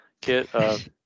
get